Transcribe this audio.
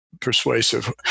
persuasive